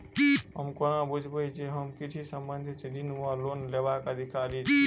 हम कोना बुझबै जे हम कृषि संबंधित ऋण वा लोन लेबाक अधिकारी छी?